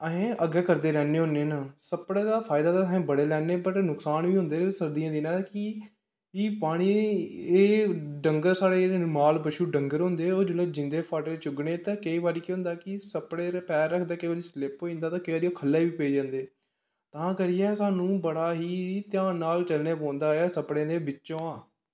असें अग्गें करदे रैंह्दे होन्नें न सप्पड़े दा फायदा ते अस बड़े लैन्नें बट नकसान बी होंदे न सर्दियें दे दिनें कि कि पानी एह् डंगर साढ़े जेह्ड़े न माल बच्छू डंगर होंदे ओह् जिसलै जांदे फाटें चुगने गी ते केईं बारी केह् होंदा कि सप्पड़े पर पैर रखदे केईं बारी स्लिप होई जंदे ते केईं बारी ओह् खल्लै गी बी पेई जंदे तां करियै सानूं बड़ा ही ध्यान नाल चलने पौंदा ऐ सप्पड़ें दे बिच्चोंआं